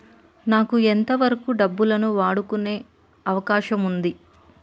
నాకు ఎంత వరకు డబ్బులను వాడుకునే అవకాశం ఉంటది?